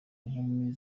nkumi